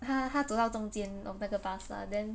她她走到中间 of 那个 bus lah then